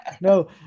No